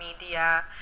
media